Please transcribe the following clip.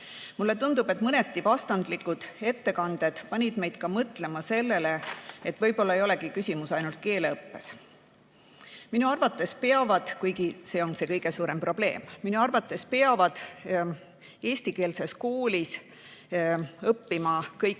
Mulle tundub, et mõneti vastandlikud ettekanded panid meid mõtlema sellele, et võib-olla ei olegi küsimus ainult keeleõppes. Minu arvates peavad, kuigi see on see kõige suurem probleem, eestikeelses koolis õppima kõik